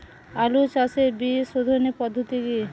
আলু চাষের বীজ সোধনের পদ্ধতি কি?